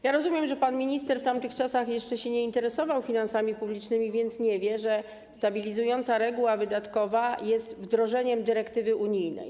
Ja rozumiem, że pan minister w tamtych czasach jeszcze się nie interesował finansami publicznymi, więc nie wie, że stabilizująca reguła wydatkowa jest wdrożeniem dyrektywy unijnej.